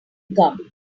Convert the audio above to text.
gum